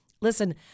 Listen